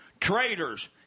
Traitors